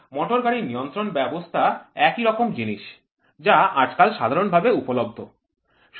মোটরগাড়ি নিয়ন্ত্রণ ব্যবস্থা একই রকম জিনিস যা আজকাল সাধারণভাবে উপলব্ধ